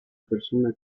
persona